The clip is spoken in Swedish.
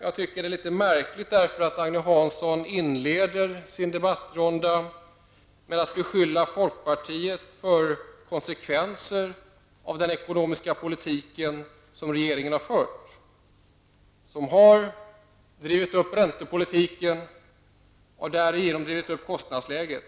Jag tycker att det är litet märkligt att Agne Hansson inleder sin debattrunda med att beskylla folkpartiet för konsekvenserna av den ekonomiska politik som regeringen har fört. Den har drivit upp räntepolitiken och därigenom även drivit upp kostnadsläget.